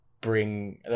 bring